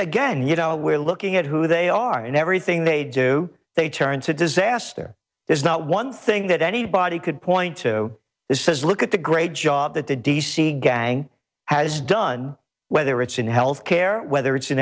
again you know we're looking at who they are and everything they do they turn to disaster there's not one thing that anybody could point to this says look at the great job that the d c gang has done whether it's in health care whether it's in